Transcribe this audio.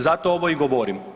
Zato ovo i govorim.